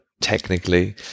technically